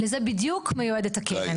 לזה בדיוק מיועדת הקרן.